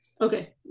Okay